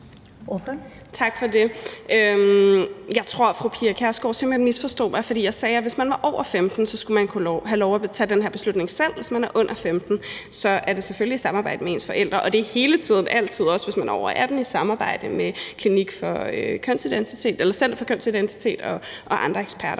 Tak for det. Jeg tror, fru Pia Kjærsgaards simpelt hen misforstod mig, for jeg sagde, at hvis man var over 15 år, skulle man have lov at kunne tage den her beslutning selv. Hvis man er under 15, er det selvfølgelig i samarbejde med ens forældre, og det er hele tiden, altid, også hvis man er over 18 år, i samarbejde med Center for Kønsidentitet og andre eksperter.